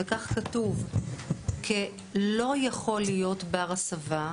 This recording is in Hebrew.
וכך כתוב כ"לא יכול להיות בר הסבה",